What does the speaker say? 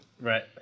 Right